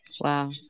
Wow